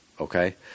Okay